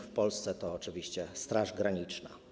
W Polsce jest to oczywiście Straż Graniczna.